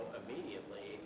immediately